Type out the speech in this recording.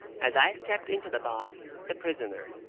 as i stepped into the box, the prisoner,